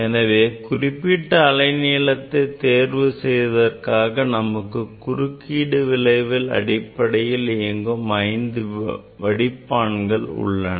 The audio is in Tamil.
எனவே குறிப்பிட்ட அலை நீளத்தை தேர்வு செய்வதற்காக நமக்கு குறுக்கீடு விளைவு அடிப்படையில் இயங்கும் 5 வடிப்பான்கள் உள்ளது